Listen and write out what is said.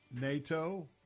NATO